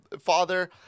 Father